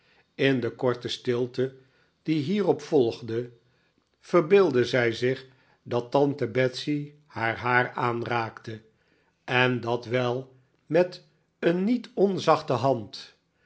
in de korte stilte die hierop volgde verbeeldde zij zich dat tante betsey haar haar aanraakte en dat wel met een niet onzachte hand